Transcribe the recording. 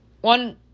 One